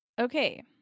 okay